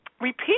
repeat